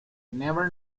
never